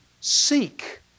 Seek